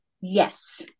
yes